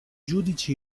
giudici